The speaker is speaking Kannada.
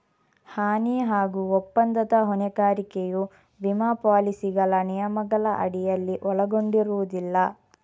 ಹಾನಿ ಹಾಗೂ ಒಪ್ಪಂದದ ಹೊಣೆಗಾರಿಕೆಯು ವಿಮಾ ಪಾಲಿಸಿಗಳ ನಿಯಮಗಳ ಅಡಿಯಲ್ಲಿ ಒಳಗೊಂಡಿರುವುದಿಲ್ಲ